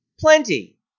Plenty